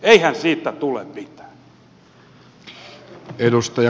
eihän siitä tule mitään